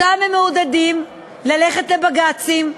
אותם הם מעודדים להגיש בג"צים,